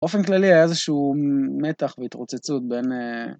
באופן כללי היה איזשהו מתח והתרוצצות בין...